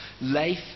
Life